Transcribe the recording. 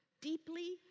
deeply